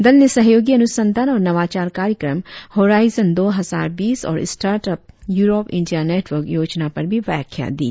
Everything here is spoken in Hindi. दल ने सहयोगी अनुसंधान और नवाचार कार्यक्रम होराईजन दो हजार बीस और startup Europe India network योजना पर भी व्याख्या दी